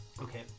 Okay